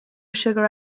sugar